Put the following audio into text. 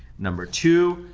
number two,